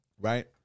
right